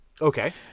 Okay